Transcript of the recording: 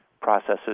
processes